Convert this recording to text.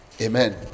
amen